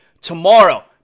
Tomorrow